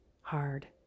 hard